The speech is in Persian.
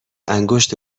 انگشت